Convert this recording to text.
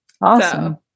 awesome